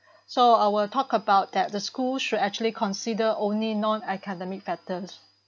so I will talk about that the school should actually consider only non academic factors